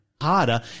harder